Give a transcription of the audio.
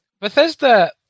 Bethesda